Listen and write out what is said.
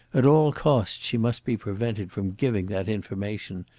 at all costs she must be prevented from giving that information.